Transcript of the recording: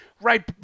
right